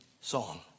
song